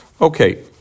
Okay